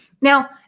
Now